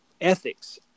ethics